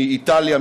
מאיטליה,